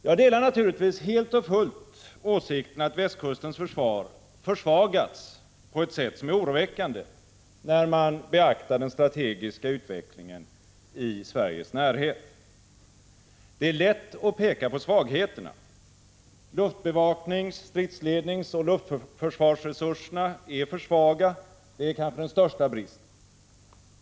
Jag delar naturligtvis helt och fullt åsikten att västkustens försvar försvagats på ett sätt som är oroväckande när man beaktar den strategiska utvecklingen i Sveriges närhet. Det är lätt att peka på svagheterna. Luftbevaknings-, stridsledningsoch luftförsvarsresurserna är för svaga, det är kanske den största bristen.